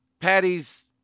Patty's